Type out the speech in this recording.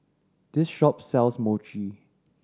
this shop sells Mochi